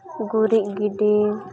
ᱜᱩᱨᱤᱡ ᱜᱤᱰᱤ